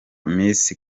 miss